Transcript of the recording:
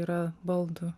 yra baldų